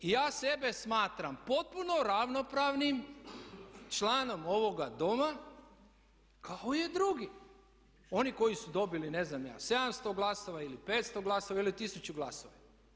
Ja sebe smatram potpuno ravnopravnim članom ovoga Doma kao i drugi, oni koji su dobili ne znam ja 700 glasova ili 500 glasova ili 1000 glasova.